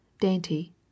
dainty